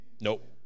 Nope